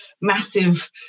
massive